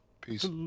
Peace